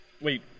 Wait